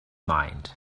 mind